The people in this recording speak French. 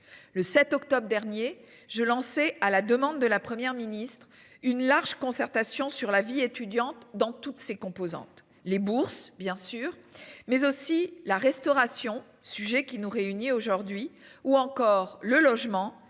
le 7 octobre dernier jeu lancé à la demande de la Première ministre. Une large concertation sur la vie étudiante dans toutes ses composantes, les bourses bien sûr mais aussi la restauration sujet qui nous réunit aujourd'hui ou encore le logement,